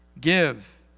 Give